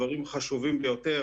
דברים חשובים ביותר.